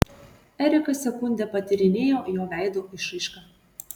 erika sekundę patyrinėjo jo veido išraišką